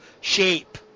shape